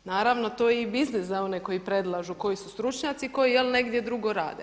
Naravno to je i biznis za one koji predlažu, koji su stručnjaci, koji jel negdje drugdje rade.